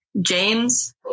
James